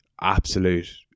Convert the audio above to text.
absolute